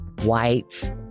white